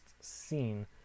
scene